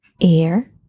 air